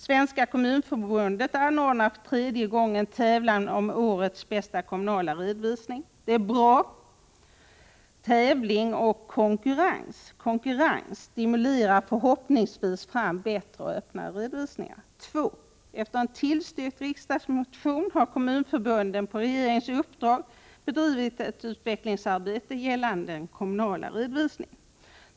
Svenska kommunförbundet anordnar för tredje gången tävlan om årets bästa kommunala redovisning. Det är bra. Tävling och konkurrens stimulerar förhoppningsvis fram bättre och öppnare redovisning. 2. Efter en tillstyrkt riksdagsmotion har Kommunförbundet på regeringens uppdrag bedrivit ett utvecklingsarbete gällande den kommunala redovisningen.